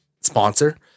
sponsor